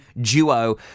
duo